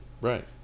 right